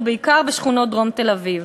ובעיקר בשכונות דרום תל-אביב?